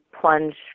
plunge